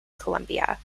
colombia